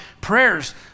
prayers